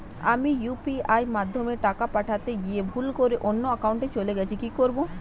আমি ইউ.পি.আই মাধ্যমে টাকা পাঠাতে গিয়ে ভুল করে অন্য একাউন্টে চলে গেছে কি করব?